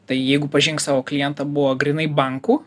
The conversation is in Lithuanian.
tai jeigu pažink savo klientą buvo grynai bankų